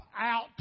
out